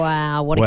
Wow